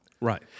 right